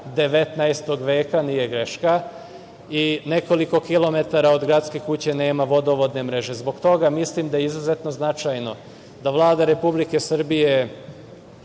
19. veka, nije greška, i nekoliko kilometara od Gradske kuće nema vodovodne mreže. Zbog toga mislim da je izuzetno značajno da Vlada Republike Srbije